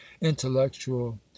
intellectual